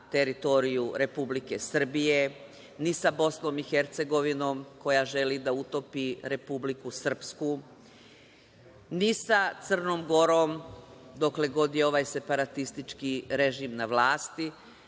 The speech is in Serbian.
teritoriju Republike Srbije, ni sa Bosnom i Hercegovinom, koja želi da utopi Republiku Srpsku, ni sa Crnom Gorom, dokle god je ova separatistički režim na vlasti,